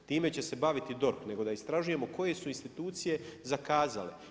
Time će se baviti DORH, nego da istražujemo koje su institucije zakazale.